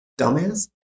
Dumbass